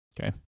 Okay